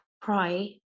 Cry